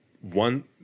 one